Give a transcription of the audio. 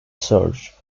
search